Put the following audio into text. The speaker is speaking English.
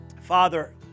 father